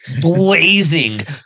blazing